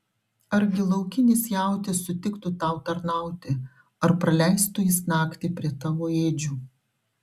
argi laukinis jautis sutiktų tau tarnauti ar praleistų jis naktį prie tavo ėdžių